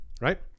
right